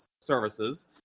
services